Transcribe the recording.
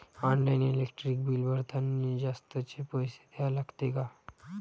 Online electric bill भरतानी जास्तचे पैसे द्या लागते का?